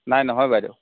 নাই নহয় বাইদেউ